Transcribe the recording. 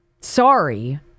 sorry